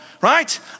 Right